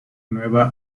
nueva